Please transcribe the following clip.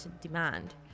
demand